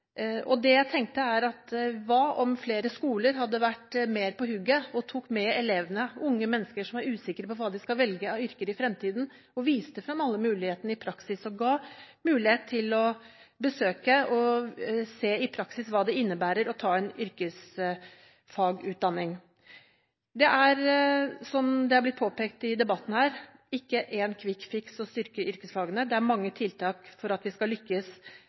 og jeg tenkte: Hva om flere skoler hadde vært mer på hugget og tok med elevene – unge mennesker som er usikre på hva de skal velge av yrker i fremtiden – og viste frem alle mulighetene og ga mulighet til å besøke og se i praksis hva det innebærer å ta en yrkesfagutdanning? Som det er blitt påpekt i debatten her, er det ikke én «quick fix» å styrke yrkesfagene; det kreves mange tiltak for å lykkes med dette, men jeg tror altså vi